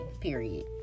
period